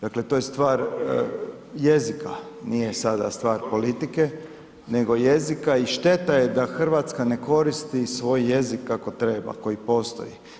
Dakle, to je stvar jezika nije sada stvar politike nego jezika i šteta je da Hrvatska ne koristi svoj jezik kako treba koji postoji.